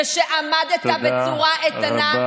ושעמדת בצורה איתנה,